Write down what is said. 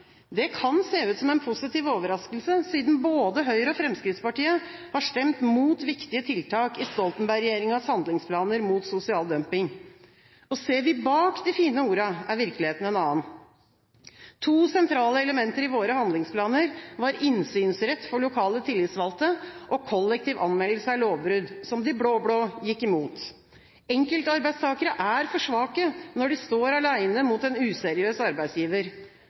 Det kan se ut som en positiv overraskelse, siden både Høyre og Fremskrittspartiet har stemt mot viktige tiltak i Stoltenberg-regjeringas handlingsplaner mot sosial dumping. Ser vi bak de fine ordene, er virkeligheten en annen. To sentrale elementer i våre handlingsplaner var innsynsrett for lokale tillitsvalgte og kollektiv anmeldelse av lovbrudd, som de blå-blå gikk imot. Enkeltarbeidstakere er for svake når de står alene mot en useriøs arbeidsgiver.